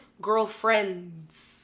girlfriend's